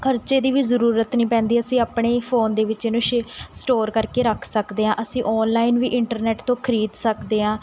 ਖ਼ਰਚੇ ਦੀ ਵੀ ਜ਼ਰੂਰਤ ਨਹੀਂ ਪੈਂਦੀ ਅਸੀਂ ਆਪਣੇ ਫ਼ੋਨ ਦੇ ਵਿੱਚ ਇਹਨੂੰ ਸ਼ੇਅ ਸਟੋਰ ਕਰਕੇ ਰੱਖ ਸਕਦੇ ਹਾਂ ਅਸੀਂ ਔਨਲਾਈਨ ਵੀ ਇੰਟਰਨੈੱਟ ਤੋਂ ਖਰੀਦ ਸਕਦੇ ਹਾਂ